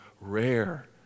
rare